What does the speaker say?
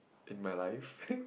in my life